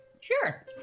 Sure